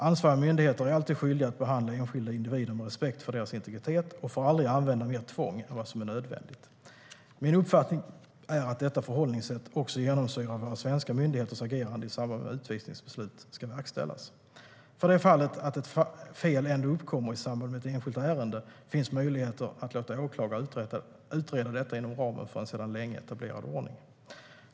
Ansvariga myndigheter är alltid skyldiga att behandla enskilda individer med respekt för deras integritet och får aldrig använda mer tvång än vad som är nödvändigt. Min uppfattning är att detta förhållningssätt också genomsyrar våra svenska myndigheters agerande i samband med att utvisningsbeslut ska verkställas. För det fallet att ett fel ändå uppkommer i samband med ett enskilt ärende finns möjlighet att låta åklagare utreda detta inom ramen för en sedan länge etablerad ordning.